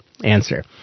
answer